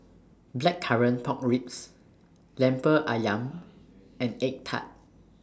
Blackcurrant Pork Ribs Lemper Ayam and Egg Tart